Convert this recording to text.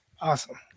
awesome